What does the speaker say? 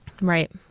Right